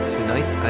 Tonight